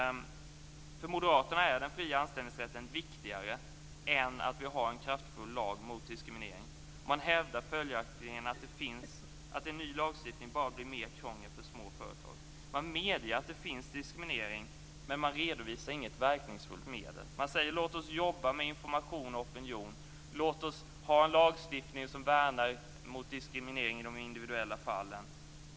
För Moderaterna är den fria anställningsrätten viktigare än att vi har en kraftfull lag mot diskriminering. Man hävdar följaktligen att en ny lagstiftning bara innebär mer krångel för små företag. Man medger att det finns diskriminering, men man redovisar inget verkningsfullt medel mot det. Man säger: Låt oss jobba med information och opinion! Låt oss ha en lagstiftning mot diskriminering i de individuella fallen!